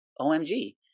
OMG